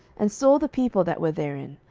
and saw the people that were therein,